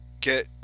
get